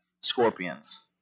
scorpions